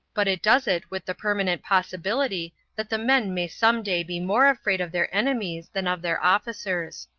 but it does it with the permanent possibility that the men may some day be more afraid of their enemies than of their officers.